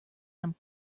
him